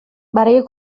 برای